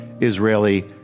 Israeli